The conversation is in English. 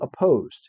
opposed